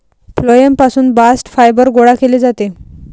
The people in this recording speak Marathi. फ्लोएम पासून बास्ट फायबर गोळा केले जाते